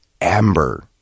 amber